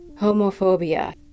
homophobia